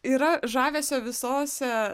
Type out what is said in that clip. yra žavesio visose